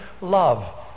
love